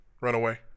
Runaway